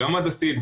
גם הנדסית,